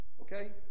Okay